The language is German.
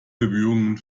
bemühungen